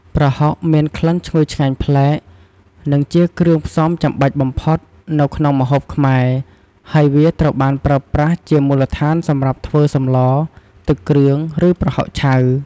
ប្រហុកមាន ក្លិនឈ្ងុយឆ្ងាញ់ប្លែក និងជាគ្រឿងផ្សំចាំបាច់បំផុតនៅក្នុងម្ហូបខ្មែរ ហើយវាត្រូវបានប្រើប្រាស់ជាមូលដ្ឋានសម្រាប់ធ្វើសម្លរ ទឹកគ្រឿង ឬប្រហុកឆៅ។